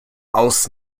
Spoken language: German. aus